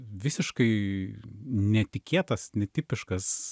visiškai netikėtas netipiškas